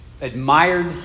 admired